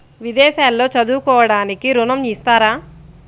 విదేశాల్లో చదువుకోవడానికి ఋణం ఇస్తారా?